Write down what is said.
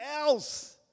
else